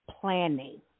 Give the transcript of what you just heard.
planning